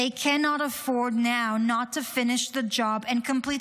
They cannot afford now not to finish the job and completely